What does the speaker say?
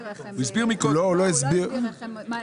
איך.